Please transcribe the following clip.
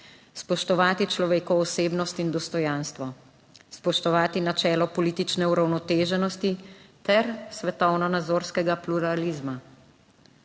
spoštovati človekovo osebnost in dostojanstvo, spoštovati načelo politične uravnoteženosti ter svetovnonazorskega pluralizma,